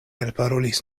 elparolis